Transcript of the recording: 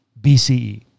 BCE